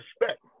respect